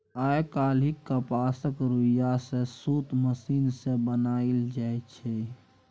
आइ काल्हि कपासक रुइया सँ सुत मशीन सँ बनाएल जाइ छै